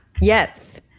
Yes